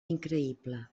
increïble